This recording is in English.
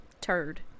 turd